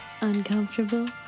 uncomfortable